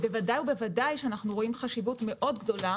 בוודאי ובוודאי אנחנו רואים חשיבות מאוד גדולה